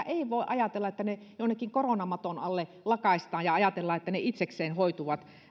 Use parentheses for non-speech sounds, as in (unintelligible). (unintelligible) ei voi ajatella että ne jonnekin koronamaton alle lakaistaan ja ajatellaan että ne itsekseen hoituvat